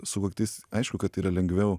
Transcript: sukaktys aišku kad yra lengviau